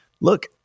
look